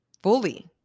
fully